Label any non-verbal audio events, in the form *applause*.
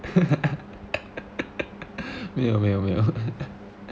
*laughs* 没有没有没有